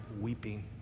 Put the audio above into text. weeping